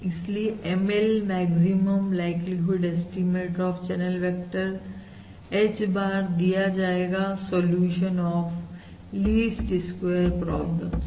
इसलिए MLमैक्सिमम likelihood estimate of channel vector H bar दिया जाएगा solution of least square problem से